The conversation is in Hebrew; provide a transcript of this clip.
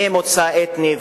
ממוצא אתני,